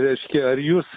reiškia ar jūs